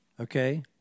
okay